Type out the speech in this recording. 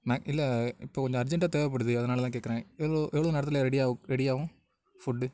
மே இல்லை இப்போது கொஞ்சம் அர்ஜென்ட்டாக தேவைப்படுது அதனால தான் கேட்கறேன் எவ்வளோ எவ்வளோ நேரத்தில் ரெடி ஆவ் ரெடி ஆகும் ஃபுட்டு